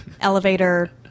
Elevator